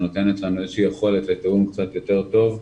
שנותנת לנו איזושהי יכולת לתיאום קצת יותר טוב,